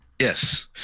Yes